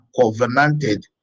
covenanted